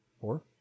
Four